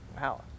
Wow